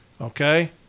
Okay